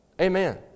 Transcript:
Amen